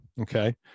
Okay